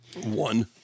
One